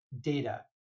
data